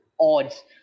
odds